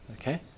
Okay